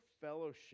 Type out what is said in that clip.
fellowship